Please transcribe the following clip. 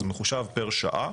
אז זה מחושב פר שעה